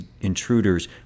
intruders